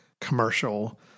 commercial